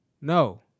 No